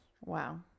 Wow